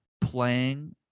playing